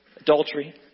adultery